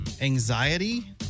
anxiety